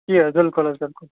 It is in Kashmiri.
ہَے بِلکُل حظ بِلکُل